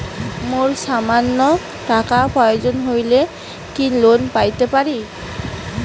মোর সামান্য টাকার প্রয়োজন হইলে কি লোন পাইতে পারি?